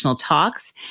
talks